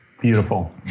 beautiful